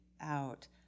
out